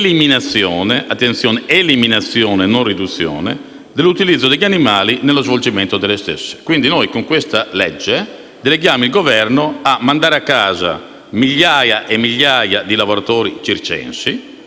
eliminazione - attenzione: eliminazione e non riduzione - dell'utilizzo degli animali nello svolgimento delle stesse. Con il disegno di legge in esame deleghiamo il Governo a mandare a casa migliaia di lavoratori circensi.